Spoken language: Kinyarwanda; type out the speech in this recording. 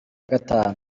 gatanu